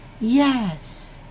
Yes